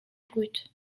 brut